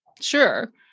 Sure